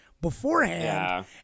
beforehand